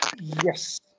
Yes